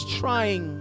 trying